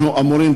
אנחנו אמורים,